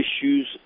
issues